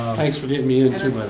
thanks for getting me in,